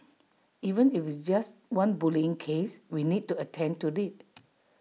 even if it's just one bullying case we need to attend to IT